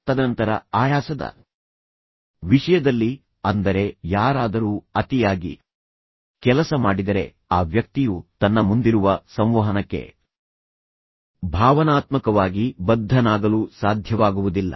ತದನಂತರ ಆಯಾಸದ ವಿಷಯದಲ್ಲಿ ಅಂದರೆ ಯಾರಾದರೂ ಅತಿಯಾಗಿ ಕೆಲಸ ಮಾಡಿದರೆ ಆ ವ್ಯಕ್ತಿಯು ತನ್ನ ಮುಂದಿರುವ ಸಂವಹನಕ್ಕೆ ಭಾವನಾತ್ಮಕವಾಗಿ ಬದ್ಧನಾಗಲು ಸಾಧ್ಯವಾಗುವುದಿಲ್ಲ